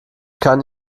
kann